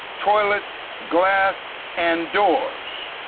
toilets, glass and doors.